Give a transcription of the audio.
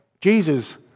Jesus